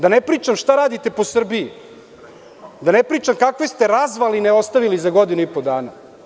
Da ne pričamo šta radite po Srbiji, da ne pričam kakve ste razvaline ostavili za godinu i po dana.